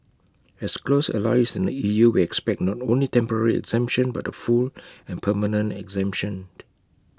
as close allies in the E U we expect not only temporary exemption but A full and permanent exemption